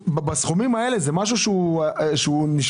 בסכומים האלה זה משהו שנשמע בלתי סביר.